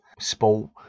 sport